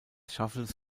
schaffens